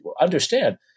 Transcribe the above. understand